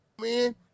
Man